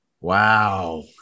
Wow